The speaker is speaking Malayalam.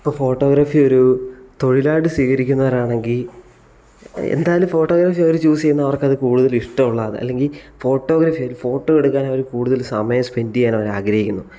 ഇപ്പോൾ ഫോട്ടോഗ്രാഫി ഒരു തൊഴിലായിട്ട് സ്വീകരിക്കുന്നവരാണെങ്കിൽ എന്തായാലും ഫോട്ടോഗ്രാഫി അവർ ചൂസ് ചെയ്യുന്ന അവർക്ക് കൂടുതൽ ഇഷ്ടമുള്ളത് അല്ലെങ്കിൽ ഫോട്ടോഗ്രാഫി ഒരു ഫോട്ടോ എടുക്കാൻ അവർ കൂടുതൽ സമയം സ്പെൻഡ് ചെയ്യാൻ അവർ ആഗ്രഹിക്കുന്നു